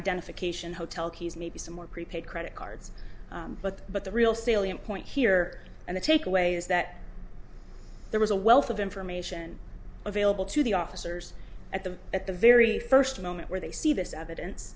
identification hotel keys maybe some more prepaid credit cards but but the real salient point here and the takeaway is that there was a wealth of information available to the officers the at the very first moment where they see this evidence